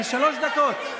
שלוש דקות.